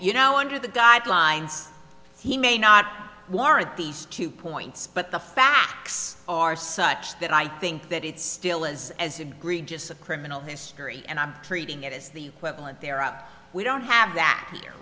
you know under the guidelines he may not warrant these two points but the facts are such that i think that it still is as egregious a criminal history and i'm treating it is the equivalent there are we don't have that you're